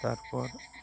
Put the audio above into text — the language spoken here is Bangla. তারপর